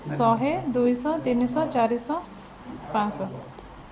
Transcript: ଶହେ ଦୁଇଶହ ତିନିଶହ ଚାରିଶହ ପାଞ୍ଚଶହ